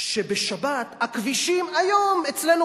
שבשבת הכבישים היום אצלנו,